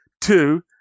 two